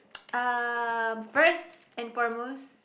um first and foremost